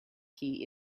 key